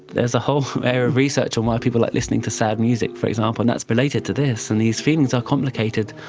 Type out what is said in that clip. there's a whole area of research on why people like listening to sad music, for example, and that's related to this, and these feelings are complicated.